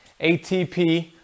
ATP